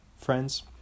friends